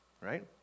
right